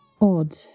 odd